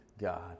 God